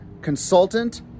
consultant